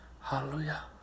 Hallelujah